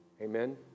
Amen